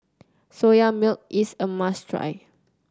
Soya Milk is a must try